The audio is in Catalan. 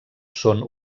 són